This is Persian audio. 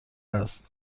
است